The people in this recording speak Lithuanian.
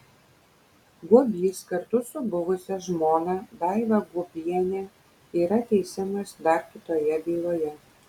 guobys kartu su buvusia žmona daiva guobiene yra teisiamas dar kitoje byloje